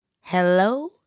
Hello